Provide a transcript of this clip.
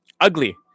Ugly